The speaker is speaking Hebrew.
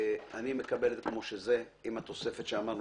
חד מתפקידי קצין הבטיחות הוא להכין הוראות נוהל